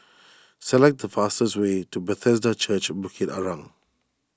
select the fastest way to Bethesda Church Bukit Arang